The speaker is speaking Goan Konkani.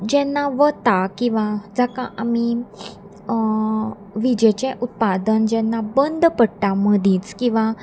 जेन्ना वता किंवां जाका आमी विजेचें उत्पादन जेन्ना बंद पडटा मदींच किंवां